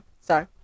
Sorry